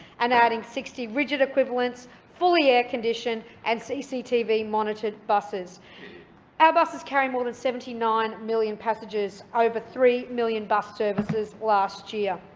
and adding sixty rigid equivalents, fully air conditioned and cctv monitored buses. our buses carried more than seventy nine million passengers over three million bus services last year.